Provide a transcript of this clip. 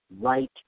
right